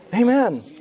Amen